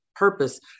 purpose